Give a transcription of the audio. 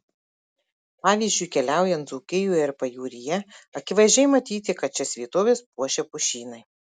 pavyzdžiui keliaujant dzūkijoje ar pajūryje akivaizdžiai matyti kad šias vietoves puošia pušynai